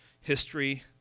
history